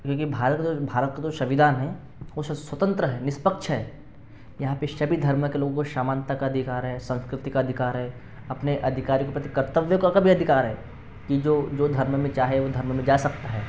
क्योंकि भारत अगर भारत का तो संविधान है उस स्वतंत्र है निष्पक्ष है यहाँ पर सभी धर्म के लोगों को समानता का अधिकार है संस्कृति का अधिकार है अपने अधिकार के प्रति कर्तव्य को का भी अधिकार है कि जो जो धर्म में चाहे वो धर्म में जा सकता है